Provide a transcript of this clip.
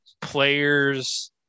players